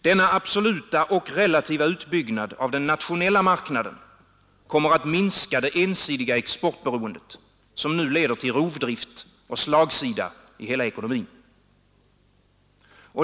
Denna absoluta och relativa utbyggnad av den nationella marknaden kommer att minska det ensidiga exportberoendet som nu leder till rovdrivt och slagsida i hela ekonomin.